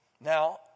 Now